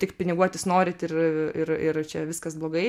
tik piniguotis norit ir ir ir čia viskas blogai